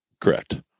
Correct